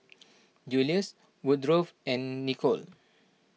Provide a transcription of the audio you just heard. Julius Woodrow and Nicolle